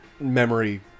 Memory